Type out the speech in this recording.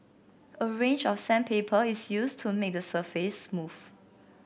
a range of sandpaper is used to make the surface smooth